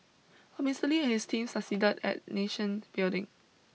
but Mister Lee and his team succeeded at nation building